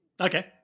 Okay